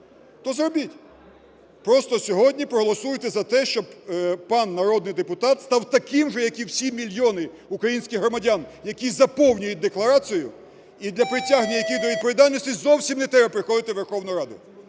То зробіть! Просто сьогодні проголосуйте за те, щоб пан народний депутат став таким же, як і всі мільйони українських громадян, які заповнюють декларацію, і для притягнення яких до відповідальності зовсім не треба приходити в Верховну Раду.